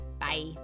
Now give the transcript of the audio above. bye